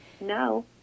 No